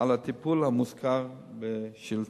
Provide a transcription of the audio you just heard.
על הטיפול המוזכר בשאילתא.